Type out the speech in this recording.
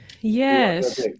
yes